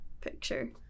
picture